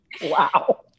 wow